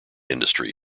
industry